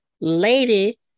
lady